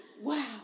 Wow